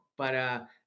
para